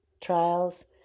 trials